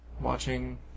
watching